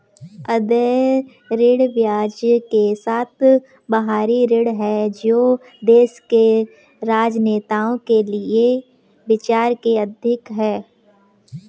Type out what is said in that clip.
अदेय ऋण ब्याज के साथ बाहरी ऋण है जो देश के राजनेताओं के विचार से अधिक है